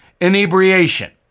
inebriation